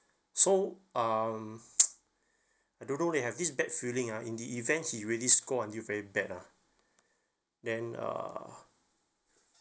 so um I don't know leh have this bad feeling ah in the event he really score until very bad ah then uh